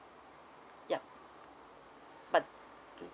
yup but